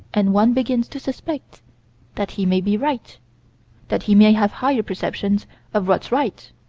and one begins to suspect that he may be right that he may have higher perceptions of what's right.